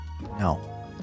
No